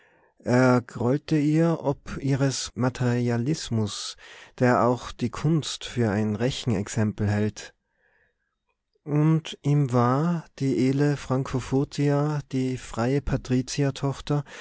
er grollte ihr ob ihres materialismus der auch die kunst für ein rechenexempel hält und ihm war die edle francofurtia die freie